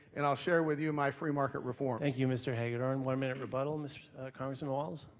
and i'll share with you my free market reform. thank you mr. hagedorn. one-minute rebuttal, mr congressman walz.